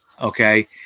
okay